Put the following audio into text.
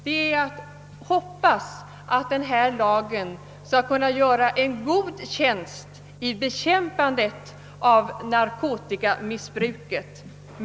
Jag hoppas att denna lag skall kunna göra en god tjänst i bekämpandet av narkotikamissbruket.